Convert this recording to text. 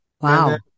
Wow